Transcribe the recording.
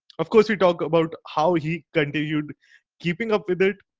of course, we talked about how he continued keeping up with it.